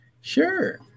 sure